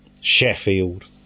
Sheffield